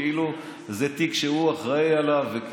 כאילו זה תיק שהוא אחראי עליו.